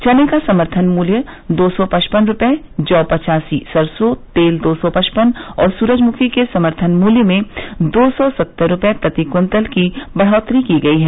चने का समर्थन मूल्य दो सौ पचपन रुपए जौ पचासी सरसों तेल दो सौ पचपन और सूरजमुखी के समर्थन मूल्य में दो सौ सत्तर रुपए प्रति क्विंटल की बढ़ोतरी की गई है